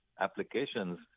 applications